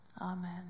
Amen